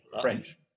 french